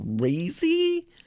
crazy